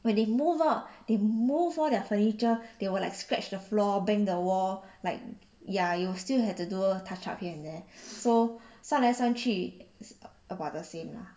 when they move out they move all their furniture they will like scratch the floor bang the wall like ya you still have to do touch up here and there so 算来算去 it~ it's about the same lah